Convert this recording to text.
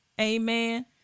Amen